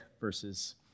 verses